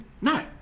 No